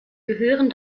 gehören